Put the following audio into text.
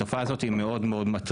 התופעה הזאת היא מאוד מטרידה.